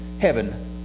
heaven